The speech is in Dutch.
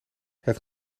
het